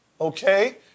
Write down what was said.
Okay